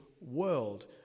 world